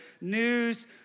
news